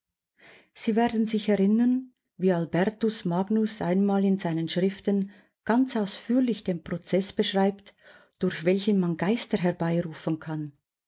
sie werden sich erinnern wie albertus magnus einmal in seinen schriften ganz ausführlich den prozeß beschreibt durch welchen man geister herbeirufen kann